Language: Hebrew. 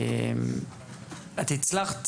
את הצלחת